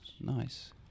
nice